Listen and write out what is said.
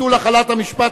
(ביטול החלת המשפט,